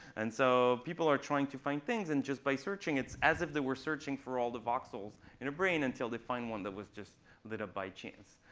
and so people are trying to find things. and just by searching, it's as if they were searching for all the voxels in a brain until they find one that was just lit up by chance.